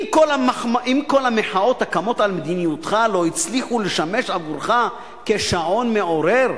אם כל המחאות הקמות על מדיניותך לא הצליחו לשמש עבורך שעון מעורר,